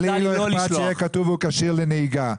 לי לא אכפת שיהיה כתוב "הוא כשיר לנהיגה".